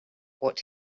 what